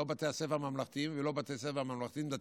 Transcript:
לא בתי הספר הממלכתיים ולא בתי הספר הממלכתיים-דתיים,